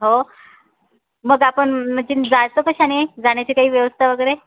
हो मग आपण म्हणजे जायचं कशाने जाण्याची काही व्यवस्था वगैरे